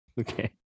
Okay